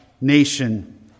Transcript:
nation